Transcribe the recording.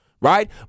right